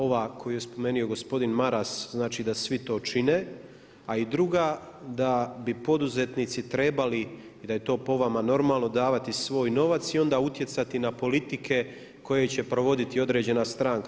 Ova koju je spomenu gospodin Maras znači da svi to čine, a i druga da bi poduzetnici trebali i da je to po vama normalno davati svoj novac i onda utjecati na politike koje će provoditi određena stranka.